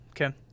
Okay